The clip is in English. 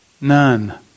None